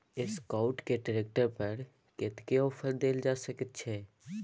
Escort के tractor पर कतेक ऑफर दैल जा सकेत छै?